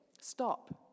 Stop